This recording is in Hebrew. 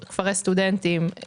כפרי סטודנטים,